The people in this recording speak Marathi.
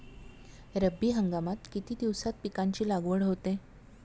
रब्बी हंगामात किती दिवसांत पिकांची लागवड होते?